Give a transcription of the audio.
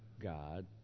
God